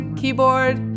keyboard